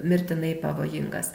mirtinai pavojingas